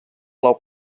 blau